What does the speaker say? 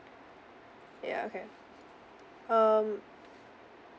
ya okay um